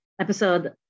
episode